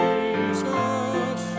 Jesus